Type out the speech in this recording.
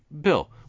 Bill